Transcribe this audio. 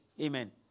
Amen